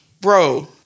Bro